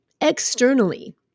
externally